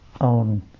own